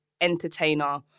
entertainer